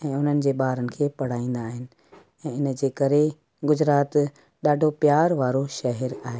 ऐं उन्हनि जे ॿारनि खे पढ़ाईंदा आहिनि ऐं हिनजे करे गुजरात ॾाढो प्यार वारो शहर आहे